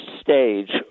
stage